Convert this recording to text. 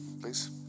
please